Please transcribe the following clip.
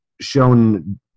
shown